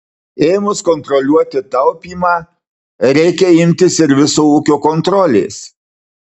ėmus kontroliuoti taupymą reikia imtis ir viso ūkio kontrolės